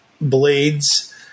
blades